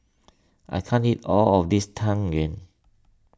I can't eat all of this Tang Yuen